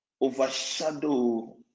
overshadow